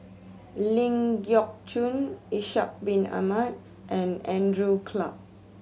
Ling Geok Choon Ishak Bin Ahmad and Andrew Clarke